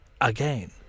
again